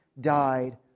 died